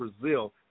Brazil